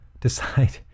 decide